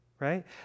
Right